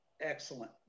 Excellent